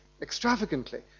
extravagantly